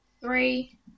Three